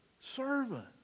servant